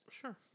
Sure